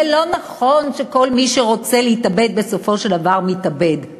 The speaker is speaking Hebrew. זה לא נכון שכל מי שרוצה להתאבד בסופו של דבר מתאבד.